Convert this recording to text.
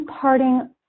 parting